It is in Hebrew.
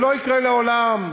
זה לא יקרה לעולם,